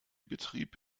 betrieb